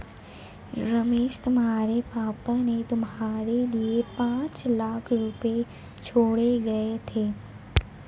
रमेश तुम्हारे पापा ने तुम्हारे लिए पांच लाख रुपए छोड़े गए थे